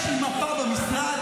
יש לי מפה במשרד.